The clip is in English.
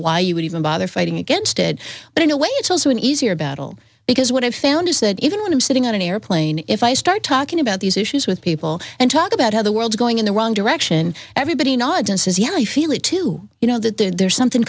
why you would even bother fighting against it but in a way it's also an easier battle because what i've found is that even when i'm sitting on an airplane if i start talking about these issues with people and talk about how the world's going in the wrong direction everybody nods and says yeah i feel it too you know that there's something